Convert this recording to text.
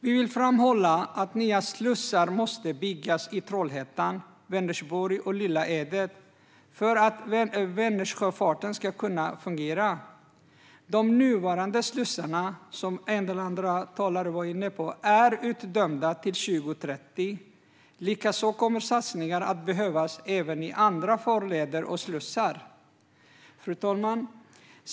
Vi vill framhålla att nya slussar måste byggs i Trollhättan, Vänersborg och Lilla Edet för att Vänersjöfarten ska kunna fungera. De nuvarande slussarna, som en av de andra talarna var inne på, är utdömda till 2030. Likaså kommer satsningar att behövas även i andra farleder och slussar. Fru talman!